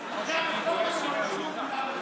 אחרי הרפורמה של הכשרות תהיה להן,